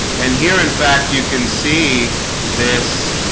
and here in fact you can see this